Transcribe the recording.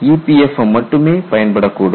EPFM மட்டுமே பயன்படக்கூடும்